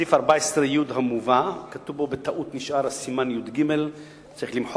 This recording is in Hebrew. לעניין 14י המובא בו, בטעות נשאר הסימן "(יג)",